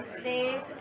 stay